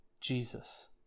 Jesus